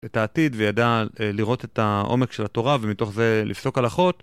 את העתיד וידע לראות את העומק של התורה ומתוך זה לפסוק הלכות.